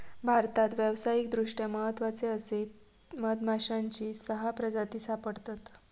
भारतात व्यावसायिकदृष्ट्या महत्त्वाचे असे मधमाश्यांची सहा प्रजाती सापडतत